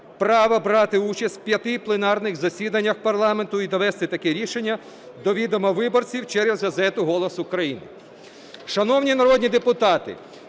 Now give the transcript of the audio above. права брати участь в п'яти пленарних засіданнях парламенту і довести таке рішення до відома виборців через газету "Голос України".